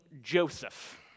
Joseph